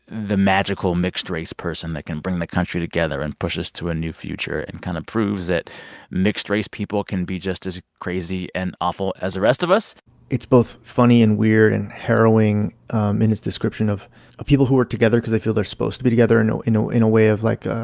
the magical mixed-race person that can bring the country together and push us to a new future and kind of proves that mixed-race people can be just as crazy and awful as the rest of us it's both funny and weird and harrowing in its description of ah people who were together cause they feel they're supposed to be together, you know in a way of, like, ah